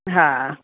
हा